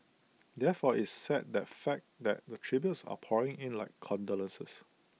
therefore IT is sad the fact that the tributes are pouring in like condolences